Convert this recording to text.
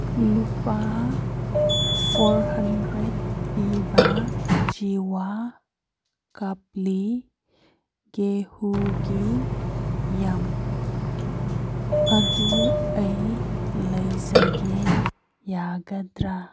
ꯂꯨꯄꯥ four hundred ꯄꯤꯕ ꯖꯤꯋꯥ ꯀꯥꯞꯂꯤ ꯒꯦꯍꯨꯒꯤ ꯌꯥꯝ ꯑꯗꯨ ꯑꯩ ꯂꯩꯖꯒꯦ ꯌꯥꯒꯗ꯭ꯔ